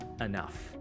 enough